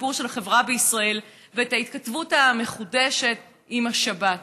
הסיפור של החברה בישראל ואת ההתכתבות המחודשת עם השבת.